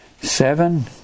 Seven